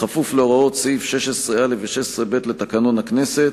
בכפוף להוראות סעיף 16(א) ו-16(ב) לתקנון הכנסת,